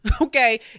okay